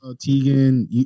Tegan